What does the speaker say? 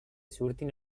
surtin